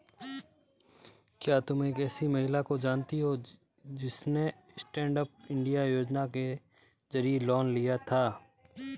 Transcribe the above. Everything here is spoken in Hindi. क्या तुम एसी किसी महिला को जानती हो जिसने स्टैन्डअप इंडिया योजना के जरिए लोन लिया था?